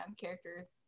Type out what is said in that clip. characters